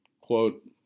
Quote